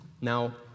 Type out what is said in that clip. Now